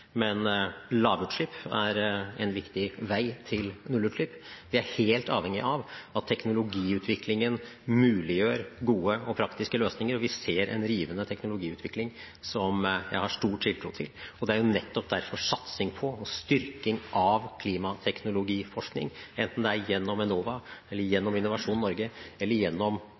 men lavutslipp er en viktig vei til nullutslipp. Vi er helt avhengige av at teknologiutviklingen muliggjør gode og praktiske løsninger, og vi ser en rivende teknologiutvikling som jeg har stor tiltro til. Det er nettopp derfor satsing på og styrking av klimateknologiforskning – enten det er gjennom Enova eller gjennom Innovasjon Norge eller gjennom